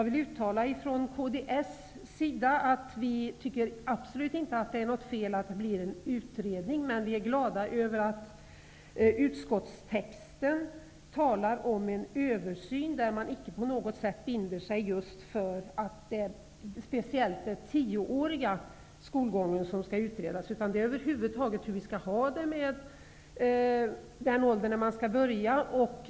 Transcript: Vi från kds tycker absolut inte att det är fel att en utredning tillsätts, men vi är glada över att det i utskottstexten talas om en översyn där man inte på något sätt binder sig, speciellt inte när det gäller en tioårig skolgång, som skall utredas. Översynen skall handla om vid vilken ålder barnen skall börja i skolan.